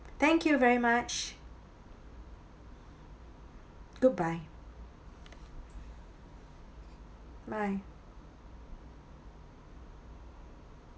thank you very much goodbye bye